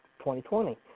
2020